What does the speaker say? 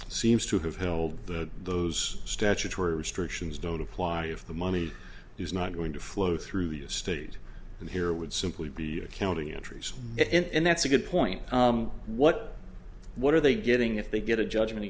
seems to have held the those statutory restrictions don't apply if the money is not going to flow through the state and here would simply be accounting entries and that's a good point what what are they getting if they get a judgment